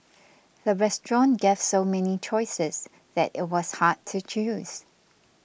the restaurant gave so many choices that it was hard to choose